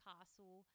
Castle